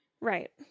Right